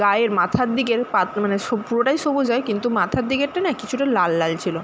গায়ের মাথার দিগের পা মানে সো পুরোটাই সবুজ হয় কিন্তু মাথার দিকেরটা না কিছুটা লাল লাল ছিলো